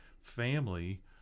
family